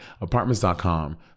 Apartments.com